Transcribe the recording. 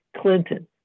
Clinton